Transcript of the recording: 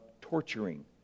torturing